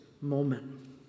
moment